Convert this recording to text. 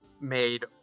made